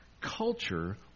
culture